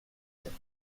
sept